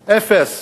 אפס.